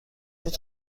فود